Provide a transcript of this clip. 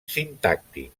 sintàctic